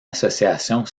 association